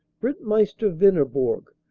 ritt meister venerbourg,